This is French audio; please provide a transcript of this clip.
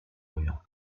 orient